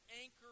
anchor